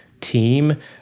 team